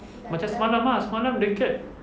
macam semalam ah semalam the cat